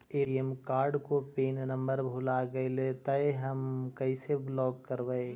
ATM card को pin number भुला गैले तौ हम कैसे ब्लॉक करवै?